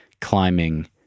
climbing